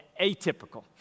atypical